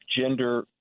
gender